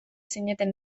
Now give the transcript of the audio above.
zineten